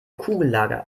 kugellager